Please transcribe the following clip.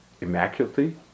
immaculately